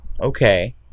okay